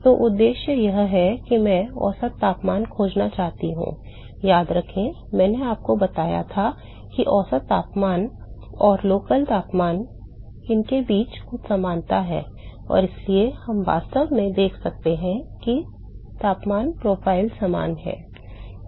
तो उद्देश्य यह है कि मैं औसत तापमान खोजना चाहता हूं याद रखें मैंने आपको बताया था कि औसत तापमान और स्थानीय तापमान उनके बीच कुछ समानता है और इसलिए हम वास्तव में देख सकते हैं कि तापमान प्रोफाइल समान हैं